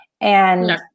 And-